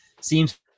seems